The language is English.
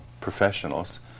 professionals